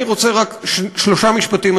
אני רוצה רק שלושה משפטים,